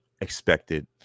expected